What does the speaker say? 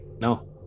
No